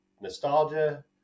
nostalgia